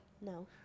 No